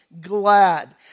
glad